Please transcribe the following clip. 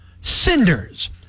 cinders